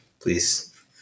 please